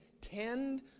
tend